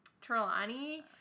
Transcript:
Trelawney